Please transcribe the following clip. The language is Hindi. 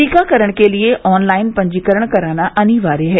टीकाकरण के लिये ऑनलाइन पंजीकरण कराना अनिवार्य है